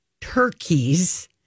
turkeys